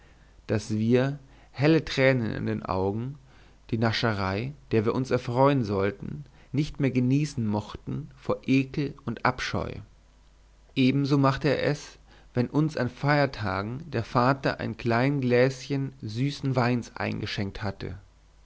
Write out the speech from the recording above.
daß wir helle tränen in den augen die näscherei der wir uns erfreuen sollten nicht mehr genießen mochten vor ekel und abscheu ebenso machte er es wenn uns an feiertagen der vater ein klein gläschen süßen weins eingeschenkt hatte